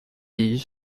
dis